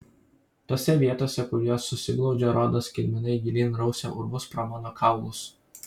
tose vietose kur jos susiglaudžia rodos kirminai gilyn rausia urvus pro mano kaulus